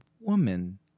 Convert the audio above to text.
woman